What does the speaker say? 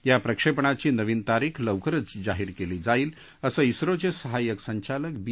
या प्रक्षेपणाची नवीन तारीख लवकरच जाहीर केली जाईल असं इस्रोचे सहाय्यक संचालक बी